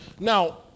Now